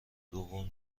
دوم